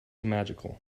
magical